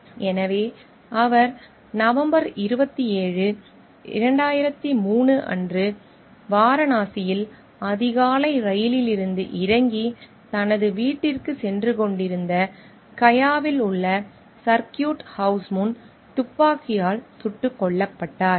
எனவே அவர் நவம்பர் 27 2003 அன்று அதிகாலையில் வாரணாசியில் ரயிலில் இருந்து இறங்கி தனது வீட்டிற்குச் சென்று கொண்டிருந்த கயாவில் உள்ள சர்க்யூட் ஹவுஸ் முன் துப்பாக்கியால் சுட்டுக் கொல்லப்பட்டார்